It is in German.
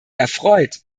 erfreut